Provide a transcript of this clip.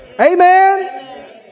Amen